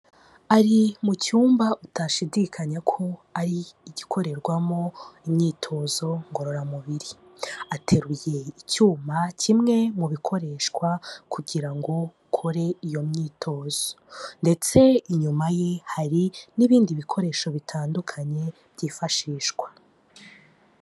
Ari mu cyumba utashidikanya ko ari igikorerwamo imyitozo ngororamubiri, ateruye icyuma kimwe mu bikoreshwa kugira ngo ukore iyo myitozo ndetse inyuma ye hari n'ibindi bikoresho bitandukanye byifashishwa.